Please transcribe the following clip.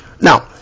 Now